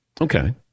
Okay